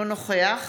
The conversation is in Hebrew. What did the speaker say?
אינו נוכח